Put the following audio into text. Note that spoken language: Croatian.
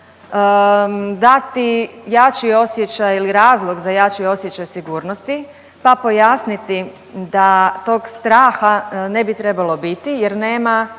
dati jači osjećaj ili razlog za jači osjećaj sigurnosti pa pojasniti da tog straha ne bi trebalo biti jer nema